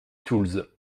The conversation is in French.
tools